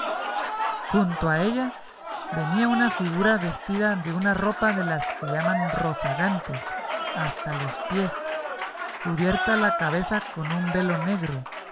junto a ella venía una figura vestida de una ropa de las que llaman rozagantes hasta los pies cubierta la cabeza con un velo negro